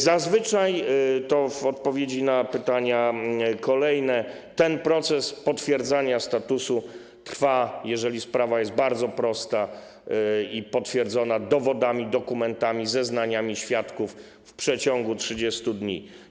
Zazwyczaj - to w odpowiedzi na pytania kolejne - ten proces potwierdzania statusu, jeżeli sprawa jest bardzo prosta i potwierdzona dowodami, dokumentami, zeznaniami świadków, trwa 30 dni.